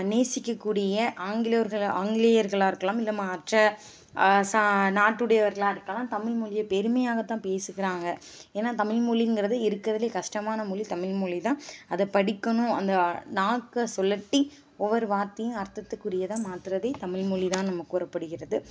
நேசிக்கக்கூடிய ஆங்கிலேயர்களாக ஆங்கிலேயர்களாக இருக்கலாம் இல்லை மற்ற ச நாட்டுடையவர்களாக இருக்கலாம் தமிழ்மொழியை பெருமையாகத்தான் பேசிக்கிறாங்கள் ஏன்னா தமிழ்மொழிங்கிறது இருக்கிறதுலே கஸ்டமான மொழி தமிழ்மொழிதான் அதை படிக்கணும் அந்த நாக்கை சுலட்டி ஒவ்வொரு வார்த்தையும் அர்த்தத்துக்குரியதாக மாத்துகிறதே தமிழ்மொழிதான் நம்ம கூறப்படுகிறது